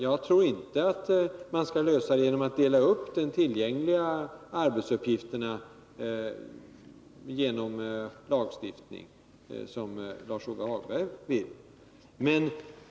Jag tror inte att man skall försöka lösa det problemet genom att dela upp de tillgängliga arbetsuppgifterna genom lagstiftning, som Lars-Ove Hagberg vill.